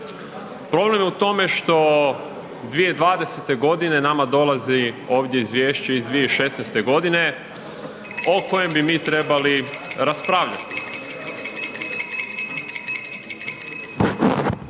Problem je u tome što 2020. g. nama dolazi ovdje izvješće iz 2016. g. o kojem bi mi trebalo raspravljati.